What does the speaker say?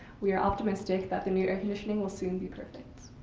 we are optimistic that the new air conditioning will soon be perfect.